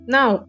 Now